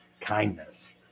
kindness